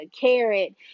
carrot